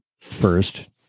first